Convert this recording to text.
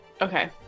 okay